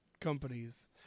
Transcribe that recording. companies